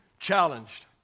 challenged